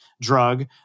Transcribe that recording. drug